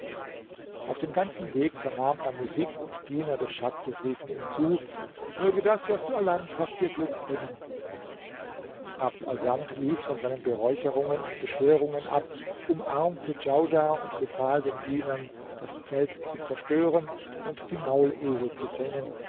auf den ganzen weg vernahm er musik und die diener des schatzes riefen ihm zu möge das was du erlangt hast dir glück bringen abd assamd ließ von seinen beräucherungen und beschwörungen ab umarmte djaudar und befahl den dienern das zelt zu zerstören und die maulesel zu bringen